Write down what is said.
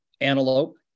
antelope